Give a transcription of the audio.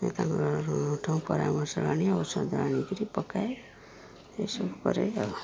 ଠଉ ପରାମର୍ଶ ଆଣି ଔଷଧ ଆଣିକିରି ପକାଏ ଏସବୁ କରେ ଆଉ